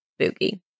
Spooky